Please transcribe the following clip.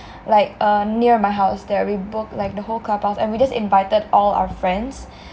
like uh near my house there we booked like the whole clubhouse and we just invited all our friends